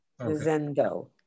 Zendo